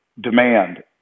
demand